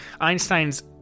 Einstein's